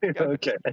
Okay